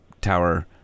tower